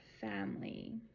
family